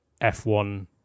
F1